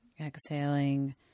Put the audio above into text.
Exhaling